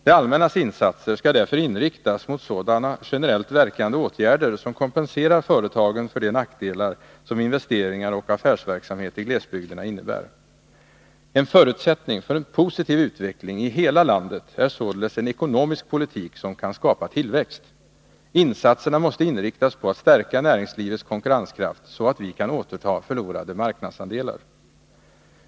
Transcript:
Det allmännas insatser skall därför inriktas mot sådana generellt verkande åtgärder som kompenserar företagen för de nackdelar som investeringar och affärsverksamhet i glesbygderna innebär. En förutsättning för en positiv utveckling i hela landet är således en ekonomisk politik som kan skapa tillväxt. Insatserna måste inriktas på att stärka näringslivets konkurrenskraft så att vi kan återta förlorade marknadsandelar.